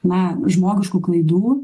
na žmogiškų klaidų